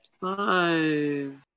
Five